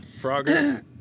Frogger